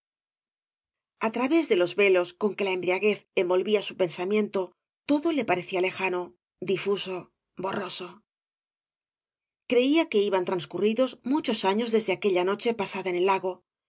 al través de los velos con que la embriaguez envolvía bu pensamiento todo le parecía lejano difuso borroso creía que iban transcurridos mu thqb años desde aquella noche pasada en el lagt